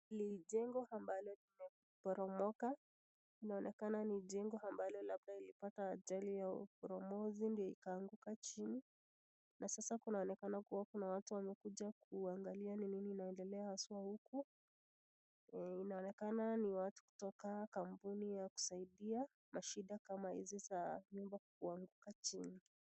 Ni jengo ambalo limeporomoka, inaonekana ni jengo ambalo labda ilipata ajali ya uporomozi ndo ikaanguka chini, na sasa kunaonekana kuwa kuna watu wamekuja kuangalia ni nini inaendelea haswa huku. Inaonekana ni watu kutoka kampuni ya kusaidia mashida kama hizi ya nyumba kuanguka chini.